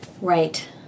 Right